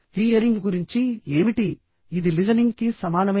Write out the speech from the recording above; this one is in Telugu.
హియరింగ్ గురించి ఏమిటి ఇది లిజనింగ్ కి సమానమేనా